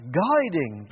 guiding